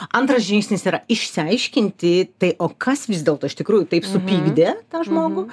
antras žingsnis yra išsiaiškinti tai o kas vis dėlto iš tikrųjų taip supykdė tą žmogų